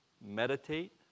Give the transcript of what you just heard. meditate